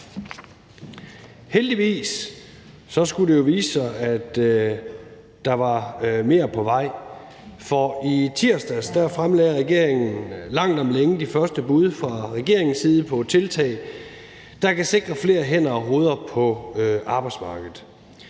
Heldigvis skulle det så vise sig, at der var mere på vej, for i tirsdags fremlagde regeringen langt om længe de første bud fra regeringens side på tiltag, der kan sikre flere hænder og hoveder på arbejdsmarkedet.